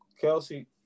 Kelsey